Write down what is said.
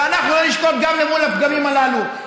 ואנחנו לא נשקוט גם אל מול הפגמים הללו.